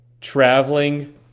traveling